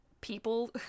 people